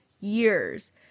years